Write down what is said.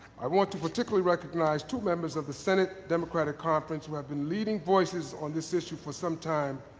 i want to particularly recognize two members of the senate democratic conference who have been leading voices on this issue for some time,